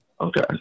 Okay